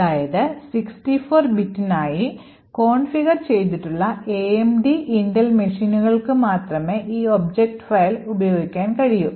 അതായത് 64 ബിറ്റിനായി കോൺഫിഗർ ചെയ്തിട്ടുള്ള AMD ഇന്റൽ മെഷീനുകൾക്ക് മാത്രമേ ഈ ഒബ്ജക്റ്റ് ഫയൽ ഉപയോഗിക്കാൻ കഴിയൂ